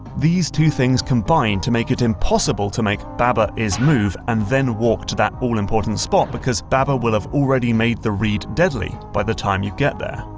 these two things combine to make it impossible to make baba is move and then walk to that all-important spot, because baba will have already made the reed deadly by the time you get there.